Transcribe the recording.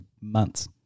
months